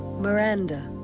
miranda.